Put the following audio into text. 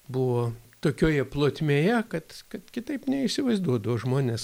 buvo tokioje plotmėje kad kad kitaip neįsivaizduodavo žmonės